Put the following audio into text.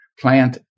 plant